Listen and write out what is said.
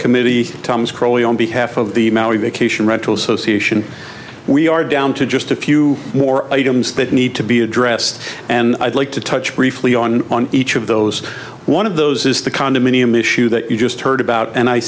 committee tom scrolly on behalf of the vacation rental socio we are down to just a few more items that need to be addressed and i'd like to touch briefly on on each of those one of those is the condominium issue that you just heard about and i